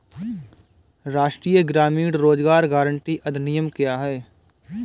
राष्ट्रीय ग्रामीण रोज़गार गारंटी अधिनियम क्या है?